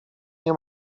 nie